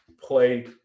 play